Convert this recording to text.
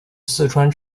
四川